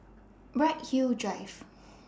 Bright Hill Drive